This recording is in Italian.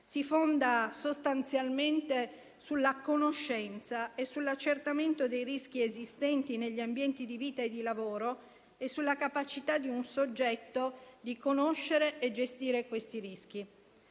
si fonda sostanzialmente sulla conoscenza e sull'accertamento dei rischi esistenti negli ambienti di vita e di lavoro e sulla capacità di un soggetto di conoscere e gestire questi rischi.